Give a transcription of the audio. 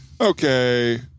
Okay